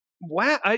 wow